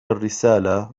الرسالة